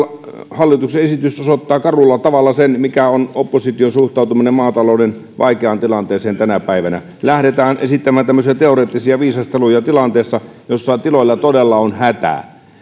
hallituksen esitys osoittaa karulla tavalla sen mikä on opposition suhtautuminen maatalouden vaikeaan tilanteeseen tänä päivänä lähdetään esittämään tämmöisiä teoreettisia viisasteluja tilanteessa jossa tiloilla todella on hätä